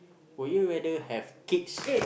will you rather have kids